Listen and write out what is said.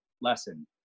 lesson